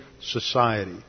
society